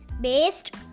based